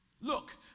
Look